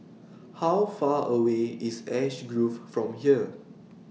How Far away IS Ash Grove from here